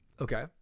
Okay